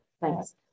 Thanks